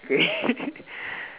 okay